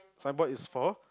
signboard is four